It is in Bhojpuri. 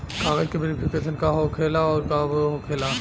कागज के वेरिफिकेशन का हो खेला आउर कब होखेला?